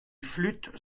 flûtes